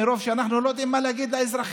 מרוב שאנחנו לא יודעים מה להגיד לאזרחים.